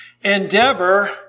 Endeavor